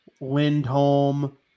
Lindholm